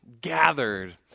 gathered